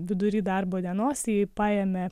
vidury darbo dienos jį paėmė